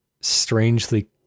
strangely